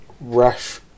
rash